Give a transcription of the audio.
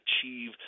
achieve